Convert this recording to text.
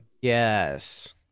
Yes